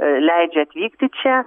leidžia atvykti čia